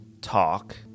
Talk